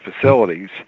facilities